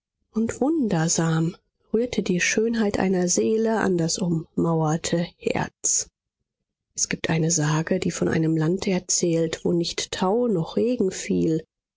und wundersam rührte die schönheit einer seele an das ummauerte herz es gibt eine sage die von einem land erzählt wo nicht tau noch regen